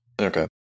Okay